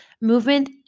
Movement